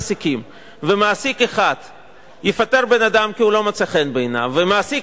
מעסיק אחד יפטר בן-אדם כי הוא לא מצא חן בעיניו ומעסיק